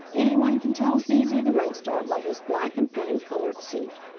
any one can tell zee zee the redstart by his black and flame colored suit.